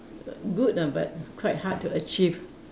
err good ah but quite hard to achieve